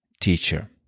teacher